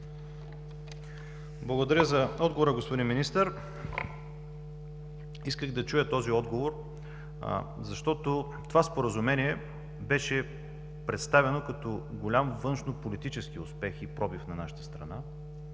Благодаря за отговора, господин Министър. Исках да чуя този отговор, защото това Споразумение беше представено като голям външнополитически успех и пробив на нашата страна,